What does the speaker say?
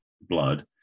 blood